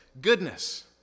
goodness